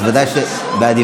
אז בוודאי שהוא בעדיפות.